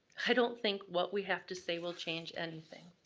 i don't think what we have to say will change anything.